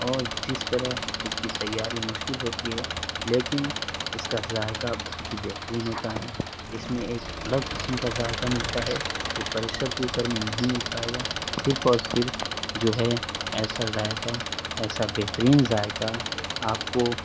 اور جس طرح اس کی تیاری مشکل ہوتی ہے لیکن اس کا ذائقہ بہت ہی بہترین ہوتا ہے اس میں ایک الگ قسم کا ذائقہ ملتا ہے جو پریشر کوکر میں نہیں مل پائے گا صرف اور صرف جو ہے ایسا ذائقہ ایسا بہترین ذائقہ آپ کو